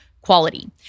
quality